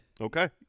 Okay